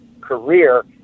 career